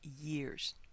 years